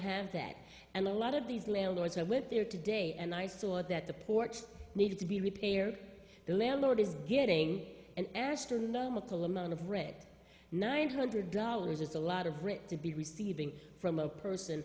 have that and a lot of these landlords are with there today and i saw that the porch needed to be repaired the landlord is getting an astronomical amount of red nine hundred dollars is a lot of rich to be receiving from a person